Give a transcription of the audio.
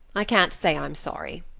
i can't say i'm sorry,